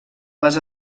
les